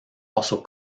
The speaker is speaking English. also